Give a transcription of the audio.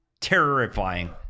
Terrifying